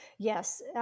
Yes